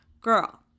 girl